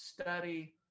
study